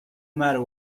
matter